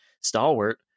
stalwart